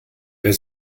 wer